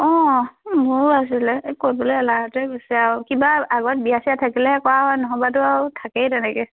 অঁ এই মোৰো আছিলে কৰিবলৈ এলাহতে গৈছে আৰু কিবা আগত বিয়া চিয়া থাকিলেহে কৰা হয় নহ'বাটো আৰু থাকেই তেনেকে